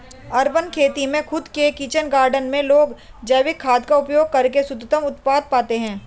urban खेती में खुद के किचन गार्डन में लोग जैविक खाद का उपयोग करके शुद्धतम उत्पाद पाते हैं